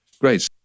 Great